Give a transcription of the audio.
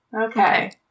Okay